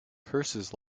curses